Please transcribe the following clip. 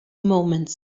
moments